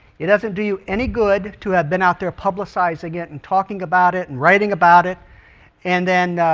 it doesn't do you any good to have been out there publicized again and talking about it and writing about it and then